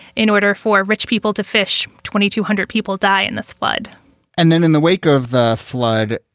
in order for rich people to fish. twenty two hundred people die in this flood and then in the wake of the flood,